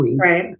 right